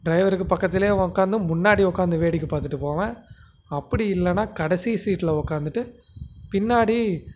ட்ரைவருக்கு பக்கத்திலே உக்காந்து முன்னாடி உக்காந்து வேடிக்க பார்த்துட்டு போவேன் அப்படி இல்லைனா கடைசி சீட்ல உக்காந்துட்டு பின்னாடி